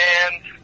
Hands